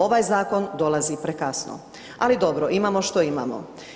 Ovaj zakon dolazi prekasno, ali dobro, imamo što imamo.